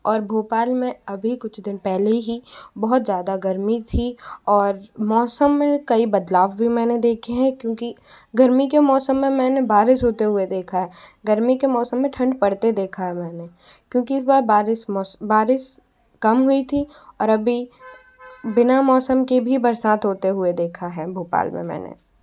और भोपाल में अभी कुछ दिन पहले ही बहुत ज़्यादा गर्मी थी और मौसम में कई बदलाव भी मैंने देखे हैं क्योंकि गर्मी के मौसम में मैंने बारिश होते हुए देखा है गर्मी के मौसम में ठंड पड़ते देखा है मैंने क्योंकि इस बार बारिश मौस बारिश कम हुई थी और अभी बिना मौसम के भी बरसात होते हुए देखा है भोपाल में मैंने